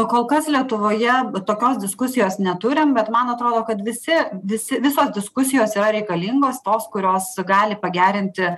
kol kas lietuvoje tokios diskusijos neturim bet man atrodo kad visi visi visos diskusijos yra reikalingos tos kurios gali pagerinti